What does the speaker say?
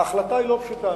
ההחלטה היא לא פשוטה.